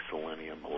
selenium